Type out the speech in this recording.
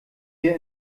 wir